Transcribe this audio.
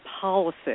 policy